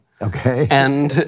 Okay